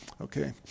Okay